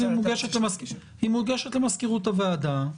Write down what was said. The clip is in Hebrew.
היא מוגשת למזכירות הוועדה,